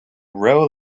row